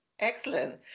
Excellent